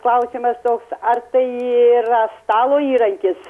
klausimas toks ar tai yra stalo įrankis